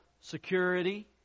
security